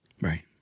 Right